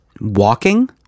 walking